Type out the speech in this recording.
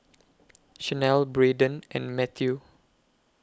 Shanelle Bradyn and Matthew